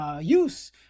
use